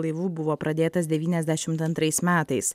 laivu buvo pradėtas devyniasdešimt antrais metais